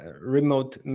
remote